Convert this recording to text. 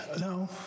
No